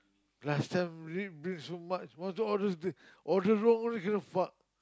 last time read bring so much want to order these order wrong only kena fuck